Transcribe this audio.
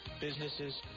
businesses